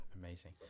Amazing